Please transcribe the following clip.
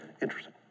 Interesting